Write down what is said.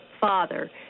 Father